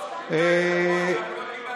אדוני היושב-ראש?